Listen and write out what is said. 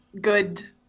good